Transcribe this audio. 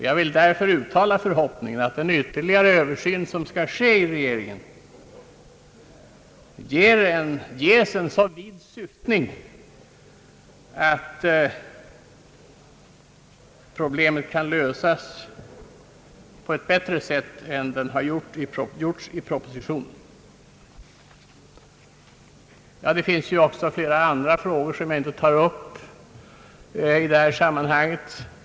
Jag vill därför uttala förhoppningen att den ytterligare översyn som skall ske inom regeringen ges en så vid syftning att problemet kan lösas på ett bättre sätt än i propositionen. Det finns flera andra frågor som jag inte tar upp i det här sammanhanget.